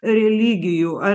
religijų ar